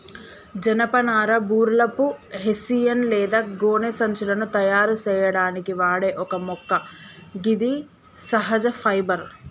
జనపనార burlap, hessian లేదా గోనె సంచులను తయారు సేయడానికి వాడే ఒక మొక్క గిది సహజ ఫైబర్